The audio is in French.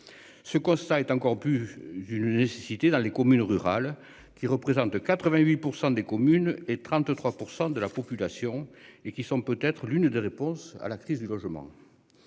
Ce constat est encore plus d'une nécessité dans les communes rurales qui représente de 88% des communes et 33% de la population et qui sont peut être l'une des réponses à la crise du logement.